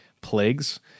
plagues